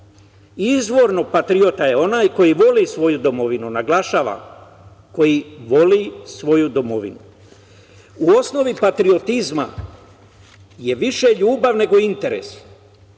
Izvorno, patriota je onaj koji voli svoju domovinu, naglašavam, koji voli svoju domovinu. U osnovi patriotizma je više ljubav nego